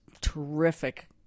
terrific